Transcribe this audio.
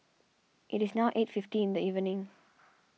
it is now eight fifty in the evening